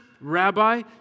Rabbi